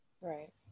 Right